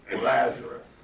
Lazarus